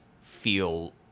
feel